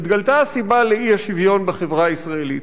התגלתה הסיבה לאי-שוויון בחברה הישראלית,